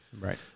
Right